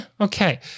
okay